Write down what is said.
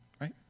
right